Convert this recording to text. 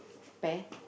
spare